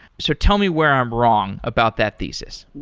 so tell me where i'm wrong about that thesis.